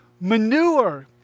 manure